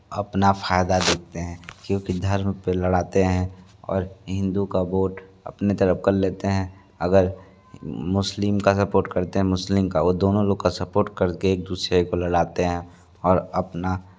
अपना फ़ायदा देखते हैं क्योंकि धर्म पे लड़ाते हैं और हिंदू का वोट अपने तरफ़ कर लेते हैं अगर मुस्लिम का सपोर्ट करते हैं मुस्लिम का वह दोनों लोग का सपोर्ट करके एक दूसरे को लडाते हैं और अपना